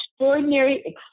Extraordinary